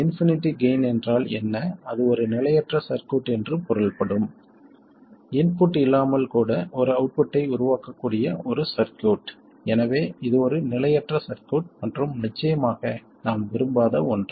infinity gain என்றால் என்ன அது ஒரு நிலையற்ற சர்க்யூட் என்று பொருள்படும் இன்புட் இல்லாமல் கூட ஒரு அவுட்புட்டை உருவாக்கக்கூடிய ஒரு சர்க்யூட் எனவே இது ஒரு நிலையற்ற சர்க்யூட் மற்றும் நிச்சயமாக நாம் விரும்பாத ஒன்று